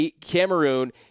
Cameroon